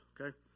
okay